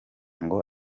ngo